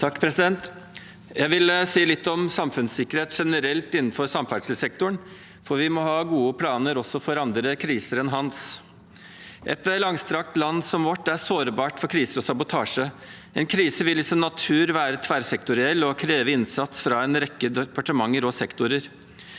(H) Jeg vil si litt om sam- funnssikkerhet generelt innenfor samferdselssektoren, for vi må ha gode planer også for andre kriser enn «Hans». Et langstrakt land som vårt er sårbart for krise og sabotasje. En krise vil i sin natur være tverrsektoriell og kreve innsats fra en rekke departementer og sektorer.